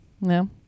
No